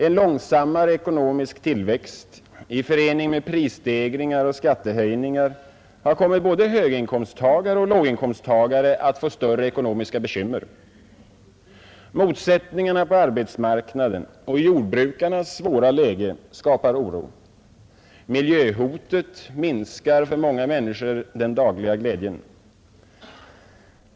En långsammare ekonomisk tillväxt i förening med prisstegringar och skattehöjningar har kommit både höginkomsttagare och låginkomsttagare att få större ekonomiska bekymmer. Motsättningarna på arbetsmarknaden och jordbrukarnas svåra läge skapar oro. Miljöhotet minskar för många människor den dagliga glädjen.